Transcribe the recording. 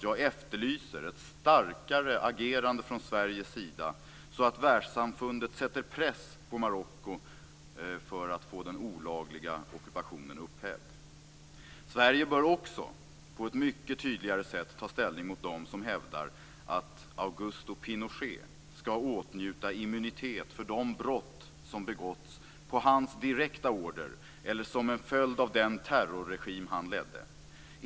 Jag efterlyser ett starkare agerande från Sveriges sida så att världssamfundet sätter press på Marocko för att få den olagliga ockupationen upphävd. Sverige bör också på ett mycket tydligare sätt ta ställning mot dem som hävdar att Augusto Pinochet skall åtnjuta immunitet mot de brott som begåtts på hans direkta order eller som en följd av den terrorregim han ledde.